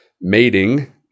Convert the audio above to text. mating